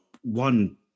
One